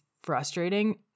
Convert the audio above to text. frustrating